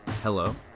Hello